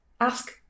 ask